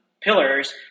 pillars